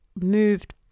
moved